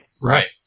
Right